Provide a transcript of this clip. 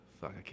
Fuck